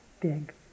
Big